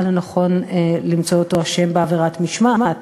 לנכון למצוא אותו אשם בעבירת משמעת.